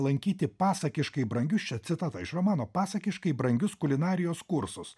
lankyti pasakiškai brangius čia citata iš romano pasakiškai brangius kulinarijos kursus